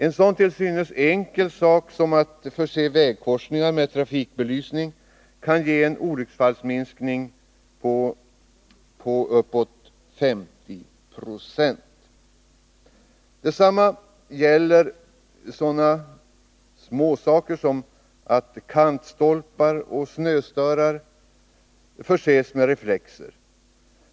En så till synes enkel sak som att förse vägkorsningar med belysning kan ge en olycksfallsminskning med uppåt 50 90. Samma sak gäller om man vidtar sådana enkla åtgärder som att förse kantstolpar och snöstörar med reflexer.